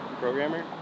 programmer